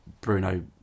Bruno